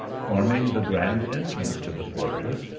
forming the grand entrance to the fortress,